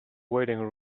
waiting